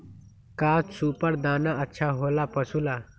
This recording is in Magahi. का सुपर दाना अच्छा हो ला पशु ला?